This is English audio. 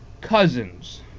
cousins